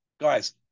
guys